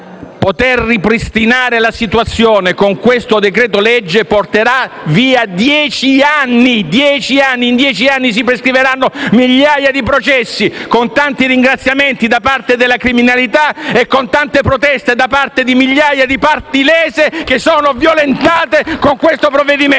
poter ripristinare la situazione con questo decreto-legge porterà via dieci anni. In dieci anni si prescriveranno migliaia di processi, con tanti ringraziamenti da parte della criminalità e con tante proteste di migliaia di parti lese, che sono violentate da questo provvedimento.